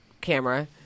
camera